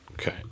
Okay